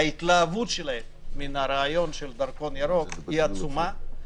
ההתלהבות שלהם מהרעיון של דרכון ירוק היא עצומה.